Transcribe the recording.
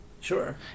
Sure